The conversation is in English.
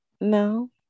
No